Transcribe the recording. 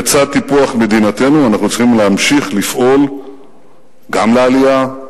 בצד טיפוח מדינתנו אנחנו צריכים להמשיך לפעול גם לעלייה,